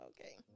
okay